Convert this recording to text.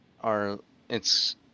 are—it's